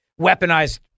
weaponized